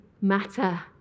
matter